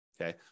okay